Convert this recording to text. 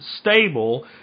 stable